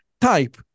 type